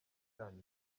cyanyu